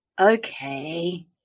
okay